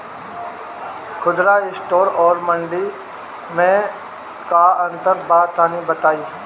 खुदरा स्टोर और मंडी में का अंतर बा तनी बताई?